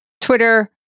twitter